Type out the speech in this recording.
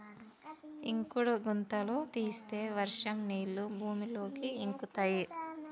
ఇంకుడు గుంతలు తీస్తే వర్షం నీళ్లు భూమిలోకి ఇంకుతయ్